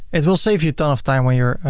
it will save you a ton of time when your